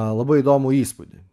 labai įdomų įspūdį